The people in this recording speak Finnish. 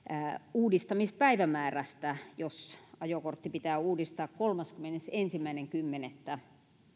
uudistamispäivämäärästä jos ajokortti pitää uudistaa kolmaskymmenesensimmäinen kymmenettä